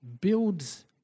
builds